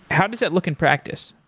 how does that look in practice?